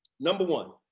number one,